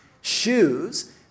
shoes